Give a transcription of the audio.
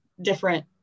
different